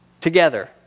together